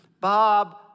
Bob